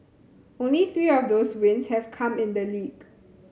only three of those wins have come in the league